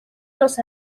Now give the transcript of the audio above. los